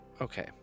Okay